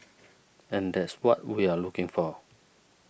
and that's what we're looking for